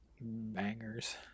bangers